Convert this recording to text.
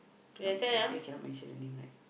cannot they say cannot mention the name right